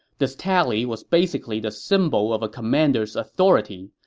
this tally was basically the symbol of a commander's authority.